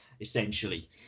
essentially